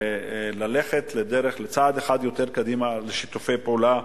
ללכת צעד אחד קדימה לשיתופי פעולה.